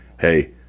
hey